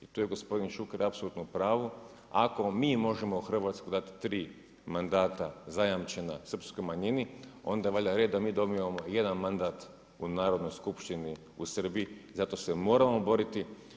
I tu je gospodin Šuker apsolutno u pravu, ako mi možemo u Hrvatskoj dati 3 mandata zajamčena srpskoj manjini onda je valjda red da mi dobijemo jedan mandat u Narodnoj skupštini u Srbiji i zato se moramo boriti.